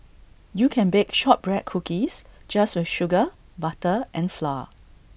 you can bake Shortbread Cookies just with sugar butter and flour